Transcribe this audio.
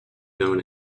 known